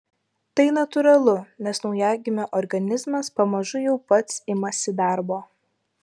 tai natūralu nes naujagimio organizmas pamažu jau pats imasi darbo